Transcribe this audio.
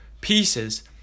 pieces